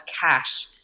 cash